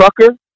trucker